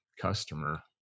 customer